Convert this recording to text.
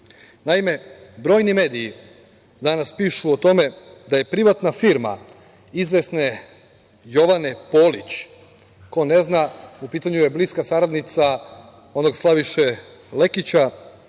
izbora. Naime, brojni mediji danas pišu o tome da je privatna firma izvesne Jovane Polić, ko ne zna, u pitanju je bliska saradnica onog Slaviše Lekića,